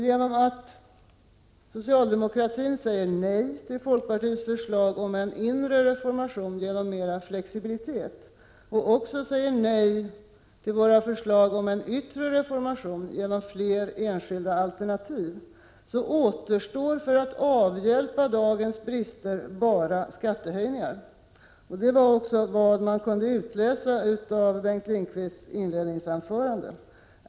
Genom att socialdemokratin säger nej till folkpartiets förslag om en inre reformation genom mera flexibilitet och även säger nej till våra förslag om en yttre reformation genom flera enskilda alternativ återstår för att avhjälpa dagens brister bara skattehöjningar. Det var också vad man kunde utläsa av Bengt Lindqvists inledningsanförande.